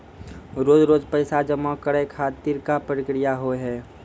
रोज रोज पैसा जमा करे खातिर का प्रक्रिया होव हेय?